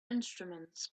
instruments